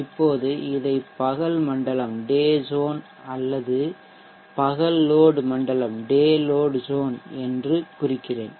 இப்போது இதை பகல் மண்டலம் டே ஜோன் அல்லது பகல் லோட் மண்டலம் டே லோட் ஜோன் என்று குறிக்கிறேன்